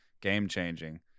game-changing